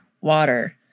water